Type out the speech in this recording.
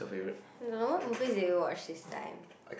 no movies did you watch this time